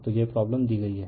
तो यह प्रॉब्लम दी गई है